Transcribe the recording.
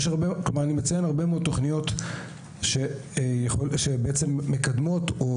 אני מציע להרבה מאוד תוכניות שבעצם מקדמות או